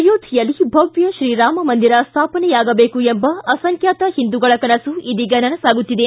ಅಯೋಧ್ಯೆಯಲ್ಲಿ ಭವ್ಯ ತ್ರೀರಾಮ ಮಂದಿರ ಸ್ಟಾಪನೆಯಾಗಬೇಕು ಎಂಬ ಅಸಂಖ್ಯಾತ ಹಿಂದೂಗಳ ಕನಸು ಇದೀಗ ನನಸಾಗುತ್ತಿದೆ